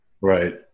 Right